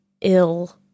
ill